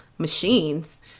Machines